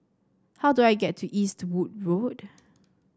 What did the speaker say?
how do I get to Eastwood Road